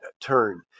turn